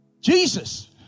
Jesus